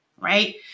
right